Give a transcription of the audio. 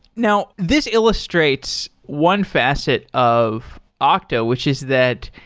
now, this illustrates one facet of ah okta, which is that,